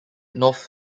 north